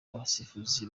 abasifuzi